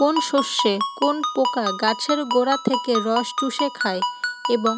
কোন শস্যে কোন পোকা গাছের গোড়া থেকে রস চুষে খায় এবং